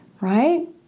right